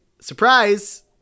surprise